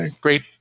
great